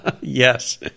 Yes